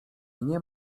nie